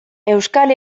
euskal